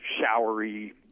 showery